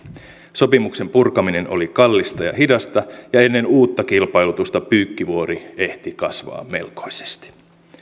sopimuksen purkaminen oli kallista ja hidasta ja ennen uutta kilpailutusta pyykkivuori ehti kasvaa melkoisesti